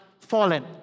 Fallen